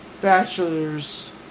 bachelor's